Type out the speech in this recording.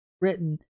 written